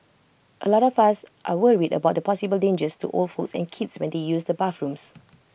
A lot of us are worried about the possible dangers to old folks and kids when they use the bathrooms